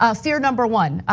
ah fear number one,